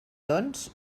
doncs